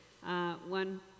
one